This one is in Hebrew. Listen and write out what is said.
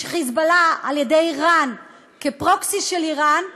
"חיזבאללה" על-ידי איראן, כ-proxy של איראן,